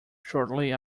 shortly